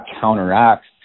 counteracts